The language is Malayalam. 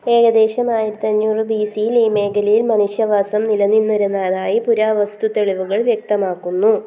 ഏകദേശം ആയിരത്തിഅഞ്ഞൂറ് ബി സിയിൽ ഈ മേഖലയിൽ മനുഷ്യവാസം നിലനിന്നിരുന്നതായി പുരാവസ്തു തെളിവുകൾ വ്യക്തമാക്കുന്നു